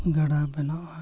ᱜᱟᱰᱟ ᱵᱮᱱᱟᱣᱟᱜᱼᱟ